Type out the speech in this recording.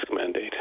mandate